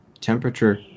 Temperature